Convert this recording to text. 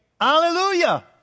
hallelujah